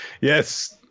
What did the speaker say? yes